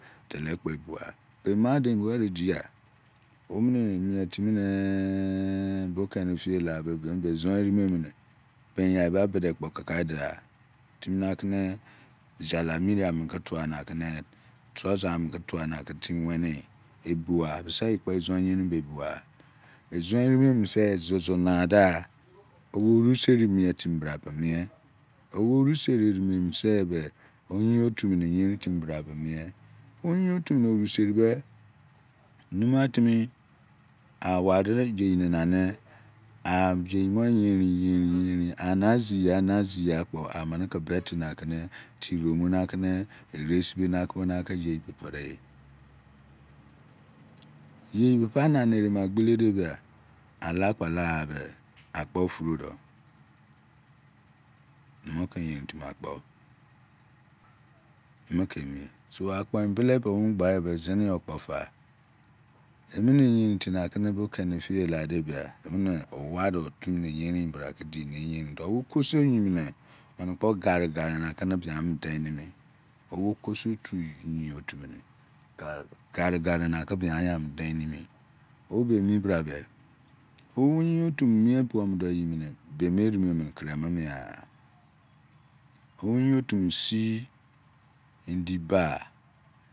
Doloye kpo ebugha, be made in be waridigha, omene mietimi ne do loye keni eeiye la be ezon ere mene binyai ba bidekpo kikai degha timi nakene jalami dia ma ke manakene, trouser ama kene timi weniyi ebugha sise eyi kpo ezon eyerin be ebugha, ezon ere mene zuzu nezla owo orit seri mie timi bra be mie bemi seri eneminise oyin otu ming yenin brabe mie oruseri be numugha timi a wari yei nane abi yeimo everin, eye nin anazia ena zia kpo amene betebe kake tiri omu ere sibe nake bo yeibe per eyi, yeise na nake erema seledebia aragha akpo oprudo, mo ke eyerin timi akpo, mokemi so, akpo emblebe omugba yibe, zini yopa, emene eyenin timi ba kubo keni edie cadebia eme owa otu mene eyerin bra kedi ne eyerin do okosiotumim menekpo garigan nake bia mene deinimi, owokosiotu yin otumene garigari nake bia mene deinimi, obemi brabe oyin olumene miebuomune eyinene bemi ere kieromomier ha, oyinotu mene eijenyle ba